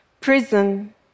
Prison